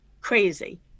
crazy